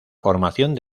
formación